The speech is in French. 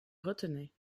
retenait